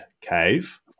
Cave